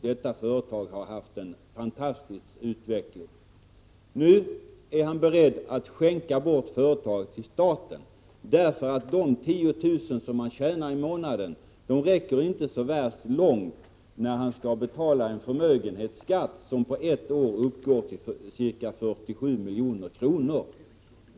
Detta företag har haft en fantastisk utveckling. Nu är ägaren beredd att skänka bort företaget till staten därför att de 10 000 kr. som han tjänar i månaden inte räcker så värst långt när han skall betala en förmögenhetsskatt som på ett år uppgår till ca 47 milj.kr.